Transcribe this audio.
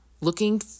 looking